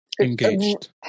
engaged